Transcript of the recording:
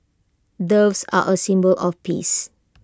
doves are A symbol of peace